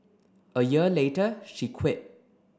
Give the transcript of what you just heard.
a year later she quit